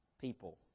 people